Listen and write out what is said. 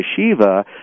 Yeshiva